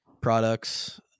products